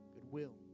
goodwill